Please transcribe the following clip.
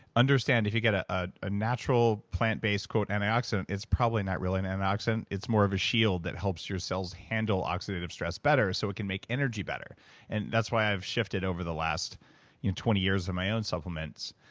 understand that if you get ah ah a natural plant based antioxidant, it's probably not really an antioxidant. it's more of a shield that helps your cells handle oxidative stress better so it can make energy better and that's why i've shifted over the last you know twenty years in my own supplements.